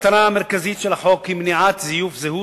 המטרה המרכזית של החוק היא מניעת זיופי זהות.